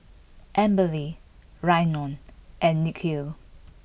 Amberly Rhiannon and Nikhil